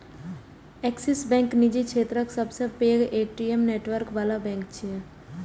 Axis bank निजी क्षेत्रक सबसं पैघ ए.टी.एम नेटवर्क बला बैंक छियै